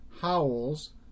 Howells